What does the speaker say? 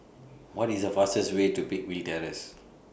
What IS The fastest Way to Peakville Terrace